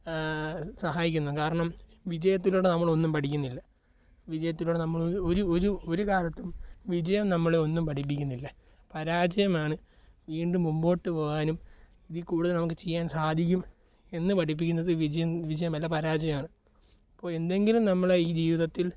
സഹായിക്കുന്നതു കാരണം വിജയത്തിലൂടെ നമ്മളൊന്നും പഠിക്കുന്നില്ല വിജയത്തിലൂടെ നമ്മൾ ഒരു ഒരു ഒരു കാലത്തും വിജയം നമ്മളെ ഒന്നും പഠിപ്പിക്കുന്നില്ല പരാജയമാണ് വീണ്ടും മുൻപോട്ടു പോകാനും ഇതി കൂടുതൽ നമുക്ക് ചെയ്യാൻ സാധിക്കും എന്നു പഠിപ്പിക്കുന്നത് വിജയം വിജയമല്ല പരാജയമാണ് അപ്പോൾ എന്തെങ്കിലും നമ്മളെ ഈ ജീവിതത്തിൽ